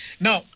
Now